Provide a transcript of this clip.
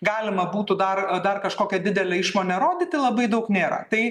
galima būtų dar dar kažkokią didelę išmonę rodyti labai daug nėra tai